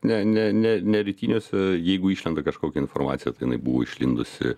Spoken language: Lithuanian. ne ne ne ne ritiniuose jeigu išlenda kažkokia informacija tai jinai buvo išlindusi